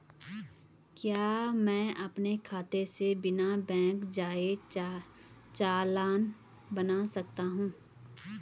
क्या मैं अपने खाते से बिना बैंक जाए चालान बना सकता हूँ?